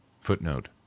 Footnote